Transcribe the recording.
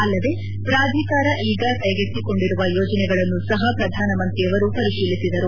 ಅಲ್ಲದೇ ಪ್ರಾಧಿಕಾರ ಈಗ ಕೈಗೆತ್ತಿಕೊಂಡಿರುವ ಯೋಜನೆಗಳನ್ನು ಸಹ ಪ್ರಧಾನಮಂತ್ರಿಯವರು ಪರಿಶೀಲಿಸಿದರು